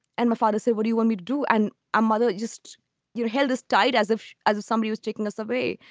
and my father said, what do you want me to do? and a mother just held us tight as if as if somebody was taking us away.